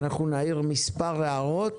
נעיר מספר הערות